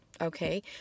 okay